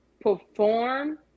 perform